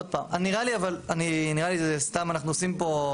עוד פעם, נראה לי אבל שסתם אנחנו עושים פה.